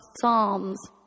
Psalms